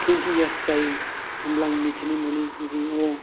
twenty years जायो होमब्ला आं मिथिनो मोनो जे अ